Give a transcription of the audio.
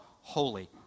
holy